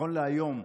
נכון להיום,